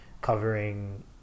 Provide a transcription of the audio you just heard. covering